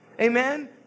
Amen